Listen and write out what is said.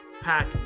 Pack